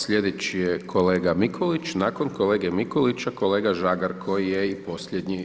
Slijedeći je kolega Mikulić, nakon kolege Mikulića, kolega Žagar koji je i posljednji.